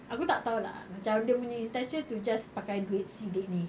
aku tak tahu lah macam dia punya intention to just pakai duit sidek ni